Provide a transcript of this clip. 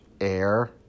air